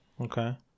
Okay